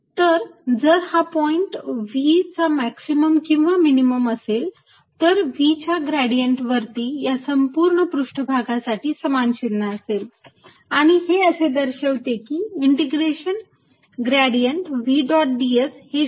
तर जर हा पॉईंट V चा मॅक्सिमम किंवा मिनिमम असेल तर V च्या ग्रेडियंट वरती या संपूर्ण पृष्ठभागासाठी समान चिन्ह असेल आणि हे असे दर्शवते की integration gradient V dot ds हे 0 नाही